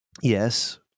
Yes